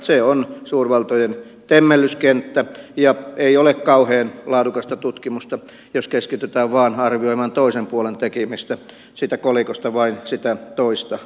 se on suurvaltojen temmellyskenttä ja ei ole kauhean laadukasta tutkimusta jos keskitytään arvioimaan vain toisen puolen tekemistä siitä kolikosta vain sitä toista puolta